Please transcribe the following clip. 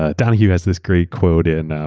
ah donahue has this great quote in